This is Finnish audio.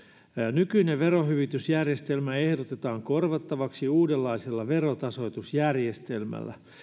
nykyinen verohyvitysjärjestelmä ehdotetaan korvattavaksi uudenlaisella verotasoitusjärjestelmällä